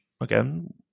again